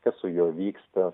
kas su juo vyksta